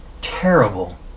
terrible